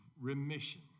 remission